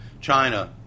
China